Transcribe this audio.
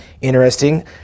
interesting